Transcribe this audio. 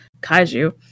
kaiju